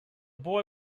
boy